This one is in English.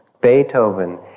Beethoven